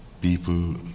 People